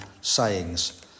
sayings